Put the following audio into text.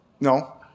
No